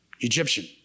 Egyptian